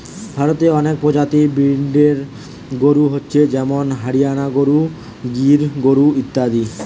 ভারতে অনেক প্রজাতির ব্রিডের গরু হচ্ছে যেমন হরিয়ানা গরু, গির গরু ইত্যাদি